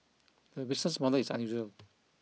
the business model is unusual